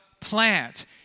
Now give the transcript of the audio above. plant